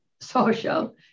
social